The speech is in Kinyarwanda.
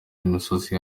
n’imisozi